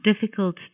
difficult